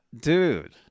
dude